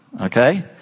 Okay